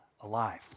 alive